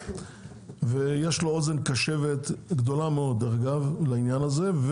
ויש לו אוזן קשבת גדולה מאוד לעניין הזה.